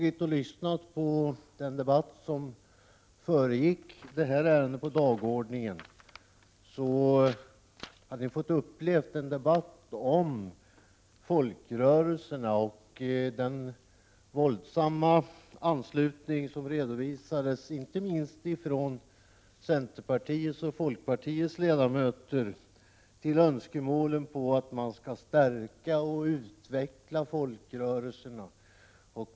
I den debatt som föregick det här ärendet på dagordningen och som gällde folkrörelserna redovisades inte minst från centerpartiets och folkpartiets ledamöter en synnerligen stark anslutning till önskemålen om att man skall stärka och utveckla folkrörelserna.